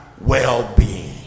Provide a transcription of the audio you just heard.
well-being